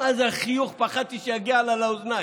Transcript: מה זה החיוך, פחדתי שיגיע לה לאוזניים.